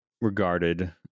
regarded